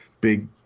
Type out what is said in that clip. big